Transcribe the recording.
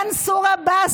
מנסור עבאס,